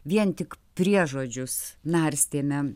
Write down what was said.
vien tik priežodžius narstėme